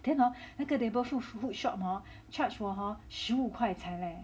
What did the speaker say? then hor 那个 neighbourhood workshop hor charge 我 hor 十五块才 leh